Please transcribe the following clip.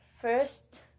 first